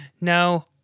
no